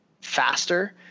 faster